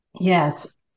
Yes